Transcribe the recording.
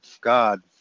God